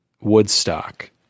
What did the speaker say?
Woodstock